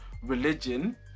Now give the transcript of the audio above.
religion